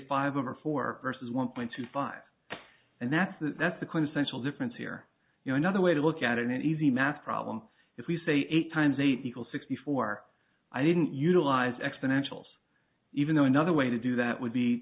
five over four versus one point two five and that's that that's the quintessential difference here you know another way to look at an easy math problem if we say eight times eight people sixty four i didn't utilize exponentials even though another way to do that would be